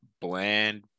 bland